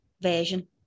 version